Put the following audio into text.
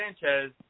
Sanchez